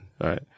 right